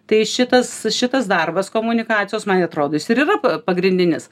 tai šitas šitas darbas komunikacijos man atrodo jis ir yra pagrindinis